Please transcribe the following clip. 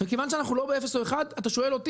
וכיוון שאנחנו לא באפס או אחד, אתה שואל אותי?